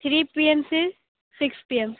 three P M से six P M